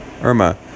Irma